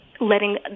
letting